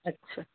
अच्छा